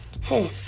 hey